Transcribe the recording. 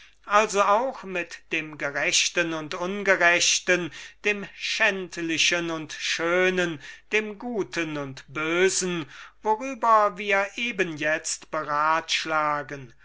also auch mit dem gerechten und ungerechten dein schändlichen und schönen dem guten und bösen worüber wir eben jetzt beratschlagen